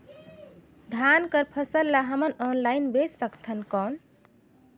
धान कर फसल ल हमन ऑनलाइन बेच सकथन कौन?